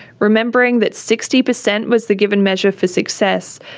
remembering that sixty percent was the given measure for success,